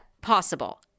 possible